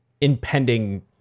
impending